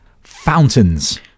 fountains